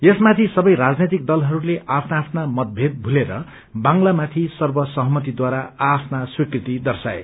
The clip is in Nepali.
यसमाथि सबै राजनैतिक दलहस्ते आफ्ना आफ्ना मतभेद भूलेर बांगलामाथि सर्वसहमतिद्वारा आ आफ्ना स्वीकृति दर्शाए